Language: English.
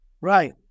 Right